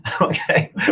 Okay